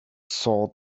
sword